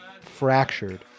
fractured